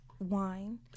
wine